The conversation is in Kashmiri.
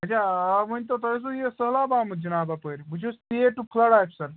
اچھا آ ؤنۍ تو تۄہہِ اوسو یہِ سہلاب آمُت جِناب اَپٲرۍ بہٕ چھُس فُلَڈ آفسِر